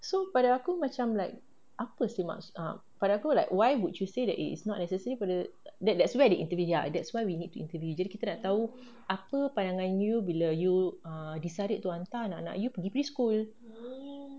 so pada aku macam like apa seh pada aku like why would you say it is not necessary pada that's that's where the interview ya that's why we need to interview jadi kita nak tahu apa pandangan you bila you ah decided to hantar lah anak you pergi preschool